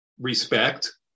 respect